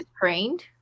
trained